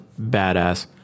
badass